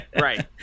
Right